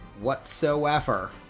whatsoever